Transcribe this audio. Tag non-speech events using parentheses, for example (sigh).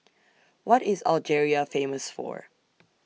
What IS Algeria Famous For (noise)